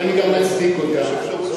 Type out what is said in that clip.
ואני גם מצדיק אותה.